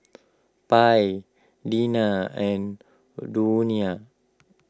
Pie Deena and Donia